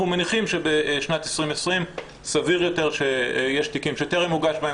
מניחים שבשנת 2020 סביר יותר שיש תיקים שטרם הוגש בהם